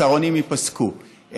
הצהרונים ייפסקו,